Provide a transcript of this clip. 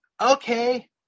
okay